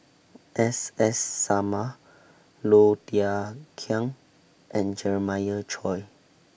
S S Sarma Low Thia Khiang and Jeremiah Choy